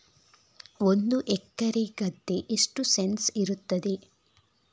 ಒಂದು ಎಕರೆ ಗದ್ದೆ ಎಷ್ಟು ಸೆಂಟ್ಸ್ ಇರುತ್ತದೆ?